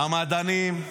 המדענים,